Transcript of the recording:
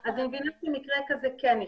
אני מבינה שמקרה כזה כן נכלל.